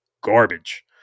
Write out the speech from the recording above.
garbage